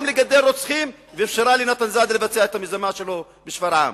גם לגדל רוצחים ואפשרה לנתן זאדה לבצע את המזימה שלו בשפרעם.